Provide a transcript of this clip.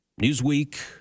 Newsweek